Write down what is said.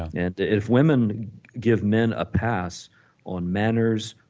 and if women give men a pass on manners,